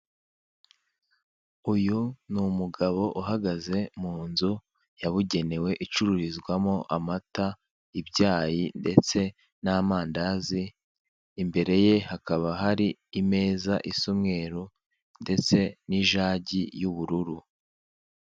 Uyu ni umugabo uhagaze mu nzu yabugenewe icururizwamo amata, ibyayi ndetse n'amandazi, imbere ye hakaba hari imeza isa umweru ndetse n'ijagi y'ubururu.